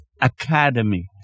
Academy